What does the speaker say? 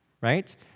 right